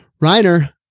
Reiner